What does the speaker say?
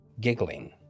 giggling